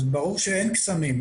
אז ברור שאין קסמים.